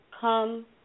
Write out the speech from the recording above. come